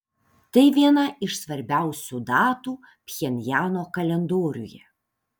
tai viena iš svarbiausių datų pchenjano kalendoriuje